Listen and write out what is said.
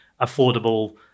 affordable